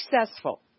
successful